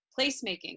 Placemaking